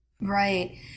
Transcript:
Right